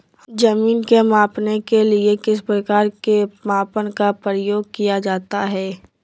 जमीन के मापने के लिए किस प्रकार के मापन का प्रयोग किया जाता है?